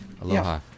Aloha